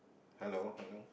hello hello